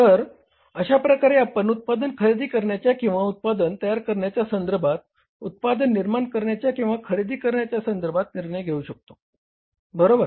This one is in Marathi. तर अशा प्रकारे आपण उत्पादन खरेदी करण्याच्या किंवा उत्पादन तयार करण्याच्या संदर्भात उत्पादन निर्माण करण्याच्या किंवा खरेदी करण्याच्या संधर्भात निर्णय घेऊ शकतो बरोबर